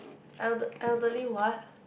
elder elderly what